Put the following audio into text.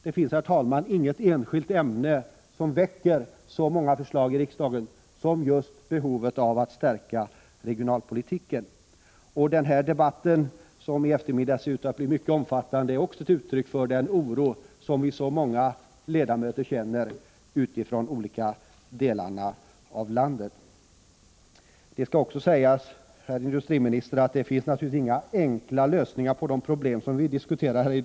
Det finns, herr talman, inget enskilt ämne som ger anledning till att det väcks så många förslag i riksdagen som just behovet av att stärka regionalpolitiken. Debatten här i dag, som förefaller bli mycket omfattande, är också ett uttryck för den oro som så många ledamöter känner i egenskap av företrädare för olika delar av landet. Det skall också sägas, herr industriminister, att det inte finns några enkla lösningar på de problem som vi nu diskuterar.